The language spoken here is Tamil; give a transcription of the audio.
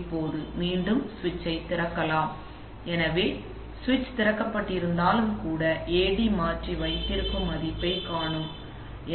இப்போது மீண்டும் சுவிட்சைத் திறக்கலாம் எனவே சுவிட்ச் திறக்கப்பட்டிருந்தாலும் கூட AD மாற்றி வைத்திருக்கும் மதிப்பைக் காணும்